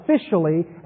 officially